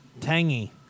Tangy